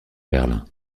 berlin